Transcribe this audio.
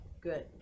Good